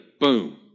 boom